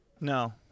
no